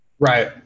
Right